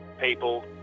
people